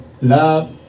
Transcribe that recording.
love